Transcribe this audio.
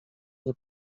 nie